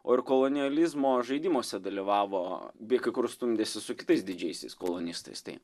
o ir kolonializmo žaidimuose dalyvavo bei kai kur stumdėsi su kitais didžiaisiais kolonistais tai